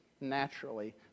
naturally